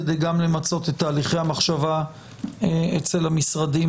כדי גם למצות את תהליכי המחשבה אצל המשרדים